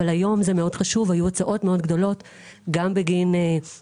אבל היום זה מאוד חשוב כי היו הוצאות מאוד גדולות גם בגין החגים